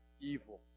evil